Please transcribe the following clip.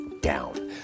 down